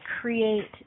create